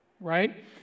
right